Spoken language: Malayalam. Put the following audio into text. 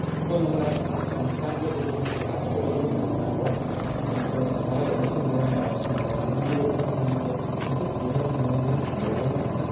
ഇപ്പോൾ നമ്മുടെ സംസ്ഥാനത്തെ കുറിച്ചും രാജ്യത്തെക്കുറിച്ചും മനസ്സിലാക്കുവാൻ നമുക്ക് വേറെ ഒരിടത്തും പോകേണ്ട ആവശ്യമില്ല ഇൻ്റർനെറ്റിലൂടെ തന്നെ നമുക്ക് എന്തു വിവരം വേണമെങ്കിലും അറിയാവുന്നതാണ്